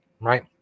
right